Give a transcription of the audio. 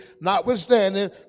notwithstanding